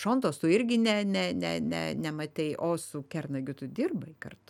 šontos tu irgi ne ne ne ne nematei o su kernagiu tu dirbai kartu